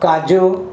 કાજુ